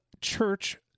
Church